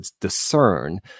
discern